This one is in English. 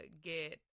get